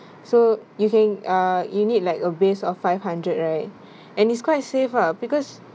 so you can uh you need like a base of five hundred right and it's quite safe ah because